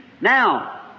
Now